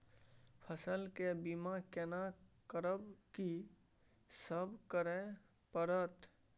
फसल के बीमा केना करब, की सब करय परत?